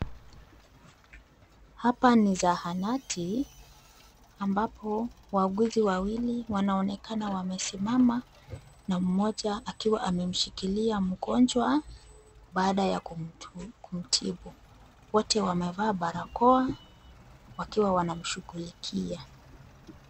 Hapa ni zahanati ambapo wauguzi wawili wanaonekana wamesimama na mmoja akiwa amemshikilia mgonjwa baada ya kumtibu. Wote wamevaa barakoa wakiwa wanamshughulikia.